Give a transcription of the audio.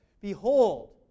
Behold